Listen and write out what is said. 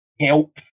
help